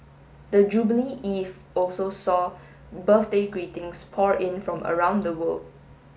the jubilee eve also saw birthday greetings pour in from around the world